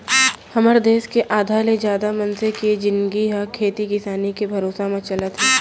हमर देस के आधा ले जादा मनसे के जिनगी ह खेती किसानी के भरोसा म चलत हे